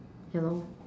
ya lor